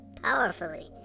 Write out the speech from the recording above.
powerfully